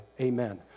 Amen